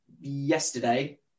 yesterday